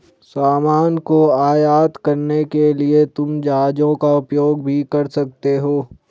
सामान को आयात करने के लिए तुम जहाजों का उपयोग भी कर सकते हो